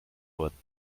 wurden